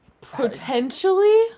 Potentially